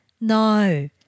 No